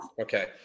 Okay